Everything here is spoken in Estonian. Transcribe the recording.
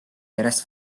järjest